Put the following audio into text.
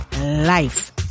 life